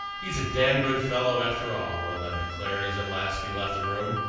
he's a damned good fellow, after all, one of them declared, as at last he left the room.